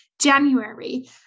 january